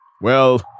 Well